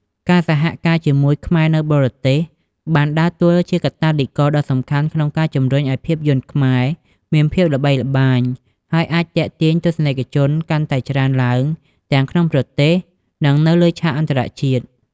ការសហការជាមួយខ្មែរនៅបរទេសបានដើរតួជាកាតាលីករដ៏សំខាន់ក្នុងការជំរុញឱ្យភាពយន្តខ្មែរមានភាពល្បីល្បាញ ហើយអាចទាក់ទាញទស្សនិកជនកាន់តែច្រើនឡើង ទាំងក្នុងប្រទេស និងនៅលើឆាកអន្តរជាតិ។